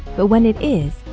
but when it is,